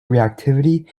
reactivity